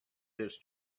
this